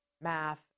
math